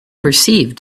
perceived